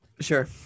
Sure